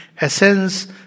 essence